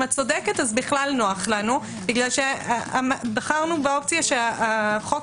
אם את צודקת בכלל נוח לנו כי בחרנו באופציה שהחוק